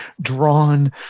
drawn